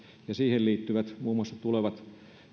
ja siihen liittyvät muun muassa tulevat